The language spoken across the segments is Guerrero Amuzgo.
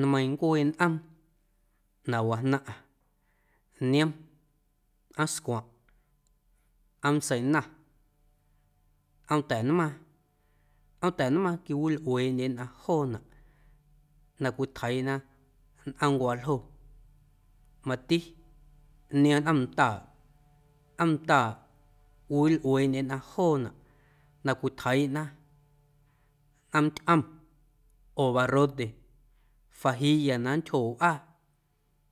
Nmeiiⁿ ncuee nꞌoom na wajnaⁿꞌa niom nꞌoom scwaⁿꞌ, nꞌoom ntseina, nꞌoom ta̱nmaaⁿ, nꞌoom ta̱nmaaⁿ quiwilꞌueeꞌndye nnꞌaⁿ joonaꞌ na cwitjeiiꞌna nꞌoom ncꞌuaaljoo mati niom nꞌoomndaaꞌ, nꞌoomndaaꞌ cwiwilꞌueeꞌndye nnꞌaⁿ joonaꞌ na cwitjeiiꞌna nꞌoom ntyꞌom oo barrote, fajilla na nntyjo wꞌaa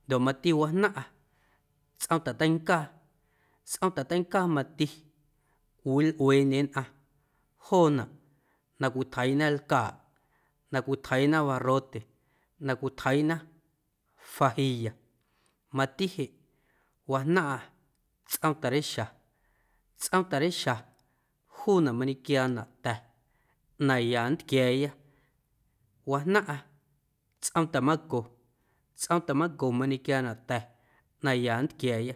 ndoꞌ mati wajnaⁿꞌa tsꞌoom ta̱ teincaa, tsꞌoom ta̱ teincaa mati cwiwilꞌueeꞌndye nnꞌaⁿ joonaꞌ na cwitjeiiꞌna lcaaꞌ, na cwitjeiiꞌna barrote, na cwitjeiiꞌna fajilla mati jeꞌ wajnaⁿꞌa tsꞌoom ta̱reixa, tsꞌoom ta̱reixa juunaꞌ mañequiaanaꞌ ta̱ na ya nntquia̱a̱ya wajnaⁿꞌa tsꞌoom ta̱manco, tsꞌoom ta̱manco mañequiaanaꞌ ta̱ na ya nntquia̱a̱ya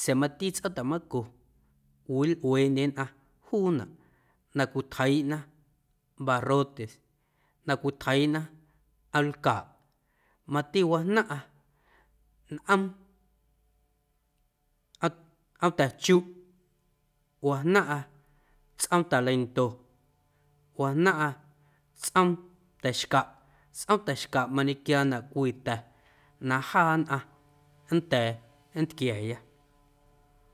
sa̱a̱ mati tsꞌoom ta̱manco cwiwilꞌueeꞌndye nnꞌaⁿ juunaꞌ na cwitjeiiꞌna barrotes, na cwitjeiiꞌna nꞌoomlcaaꞌ mati wajnaⁿꞌa nꞌoom nꞌoom ta̱chuꞌ wajnaⁿꞌa tsꞌoom ta̱leinto, wajnaⁿꞌa tsꞌoom ta̱xcaꞌ, tsꞌoom ta̱xcaꞌ mañequiaanaꞌ cwii ta̱ na jaa nnꞌaⁿ nnda̱a̱ nntquia̱a̱ya.